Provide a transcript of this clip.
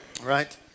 right